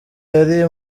yari